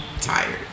tired